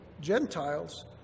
Gentiles